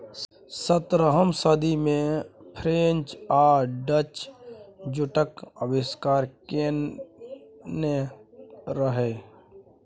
सतरहम सदी मे फ्रेंच आ डच जुटक आविष्कार केने रहय